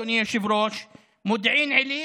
אדוני היושב-ראש: מודיעין עילית,